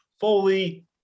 Foley